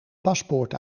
paspoort